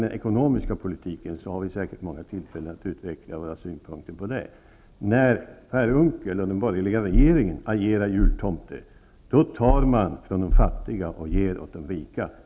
Den ekonomiska politiken får vi säkert många tillfällen att utveckla våra synpunkter på. När Per Unckel och den borgerliga regeringen agerar jultomte, tar de från de fattiga och ger åt de rika.